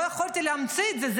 לא יכולתי להמציא את זה.